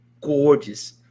gorgeous